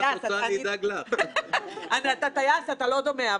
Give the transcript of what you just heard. ממערכת של ספקים ולקוחות גרידא למערכת